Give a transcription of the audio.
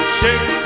shake